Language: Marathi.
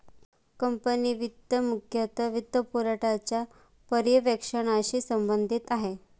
कंपनी वित्त मुख्यतः वित्तपुरवठ्याच्या पर्यवेक्षणाशी संबंधित आहे